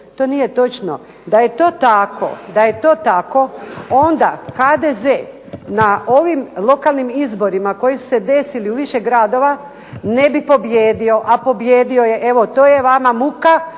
da je to tako, da je to tako onda HDZ na ovim lokalnim izborima koji su se desili u više gradova, ne bi pobijedio, a pobijedio je, evo to je vama muka